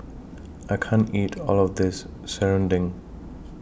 I can't eat All of This Serunding